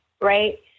right